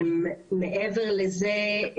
מעבר לזה,